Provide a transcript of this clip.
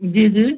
जी जी